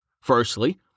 Firstly